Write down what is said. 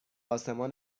آسمان